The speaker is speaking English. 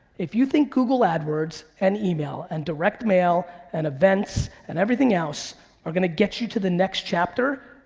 if you think google adwords and email and direct mail and events and everything else are gonna get you to the next chapter,